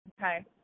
Okay